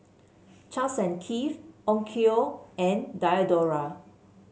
Charles and Keith Onkyo and Diadora